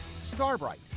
Starbright